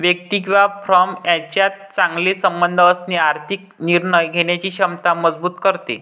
व्यक्ती किंवा फर्म यांच्यात चांगले संबंध असणे आर्थिक निर्णय घेण्याची क्षमता मजबूत करते